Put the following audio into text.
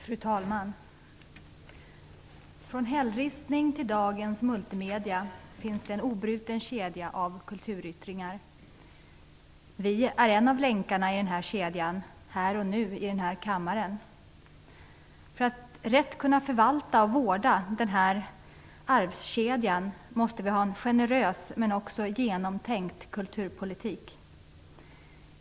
Fru talman! Från hällristning till dagens multimedier finns det en obruten kedja av kulturyttringar. Vi är en av länkarna i denna kedja, här och nu i denna kammare. För att rätt kunna förvalta och vårda denna arvskedja måste vi ha en generös och också genomtänkt kulturpolitik.